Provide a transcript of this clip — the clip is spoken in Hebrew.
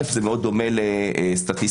מאוד חשוב להבהיר שמדובר בכלל עובדי הציבור,